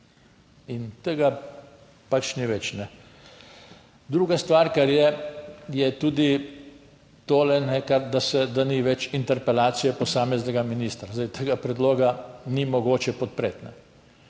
in tega pač ni več. Druga stvar, kar je, je tudi tole, da ni več interpelacije posameznega ministra. Zdaj tega predloga ni mogoče podpreti.